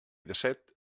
dèsset